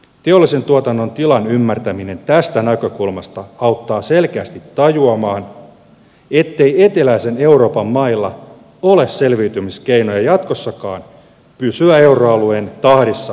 teollisen tuotannon tilan ymmärtäminen tästä näkökulmasta auttaa selkeästi tajuamaan ettei eteläisen euroopan mailla ole selviytymiskeinoja jatkossakaan pysyä euroalueen tahdissa ja vaatimuksissa